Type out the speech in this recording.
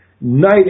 night